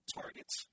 Targets